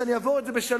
שאני אעבור את זה בשלום,